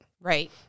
Right